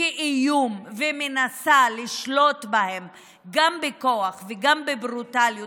כאיום ומנסה לשלוט בהם גם בכוח וגם בברוטליות,